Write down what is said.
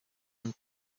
and